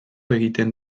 egiten